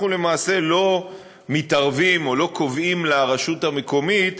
אנחנו למעשה לא מתערבים או לא קובעים לרשות המקומית